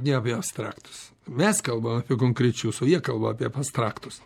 ne apie abstraktus mes kalbam apie konkrečius o jie kalba apie abstraktus